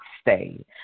stay